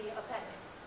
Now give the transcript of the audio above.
appendix